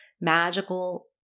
magical